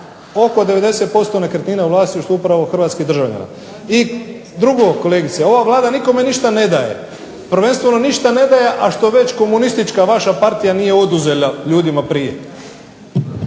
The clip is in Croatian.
Oko 90% nekretnina u vlasništvu upravo hrvatskih državljana. I drugo kolegice, ova Vlada nikome ništa ne daje, prvenstveno ništa ne daje, a što već komunistička vaša partije nije oduzela ljudima prije.